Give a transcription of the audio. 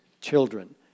children